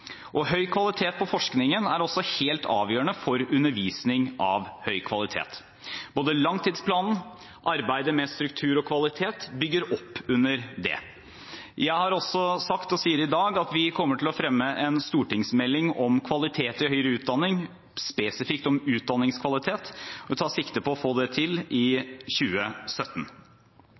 utdanning. Høy kvalitet på forskningen er også helt avgjørende for undervisning av høy kvalitet. Både langtidsplanen og arbeidet med struktur og kvalitet bygger opp under det. Jeg har også sagt – og sier i dag – at vi kommer til å fremme en stortingsmelding om kvalitet i høyere utdanning, spesifikt om utdanningskvalitet, og vi tar sikte på å få det til